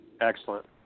Excellent